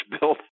built